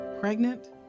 Pregnant